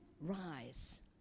rise